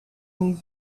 new